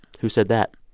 who said that?